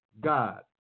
God